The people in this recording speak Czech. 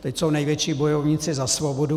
Teď jsou největší bojovníci za svobodu.